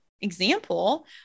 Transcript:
example